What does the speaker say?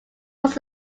was